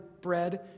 bread